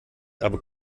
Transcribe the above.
aber